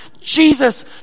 Jesus